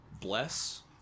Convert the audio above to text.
bless